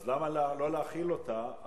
אז למה לא להחיל אותה,